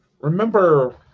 remember